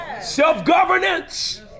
self-governance